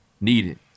needed